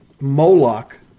Moloch